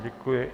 Děkuji.